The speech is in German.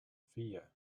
vier